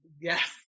Yes